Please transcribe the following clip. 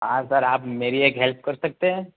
હા સર આપ મેરી એક હેલ્પ કર સકતે હૈ